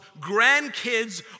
grandkids